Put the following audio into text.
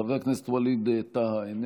חבר הכנסת ווליד טאהא,